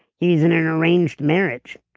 he's in an arranged marriage.